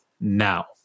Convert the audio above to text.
now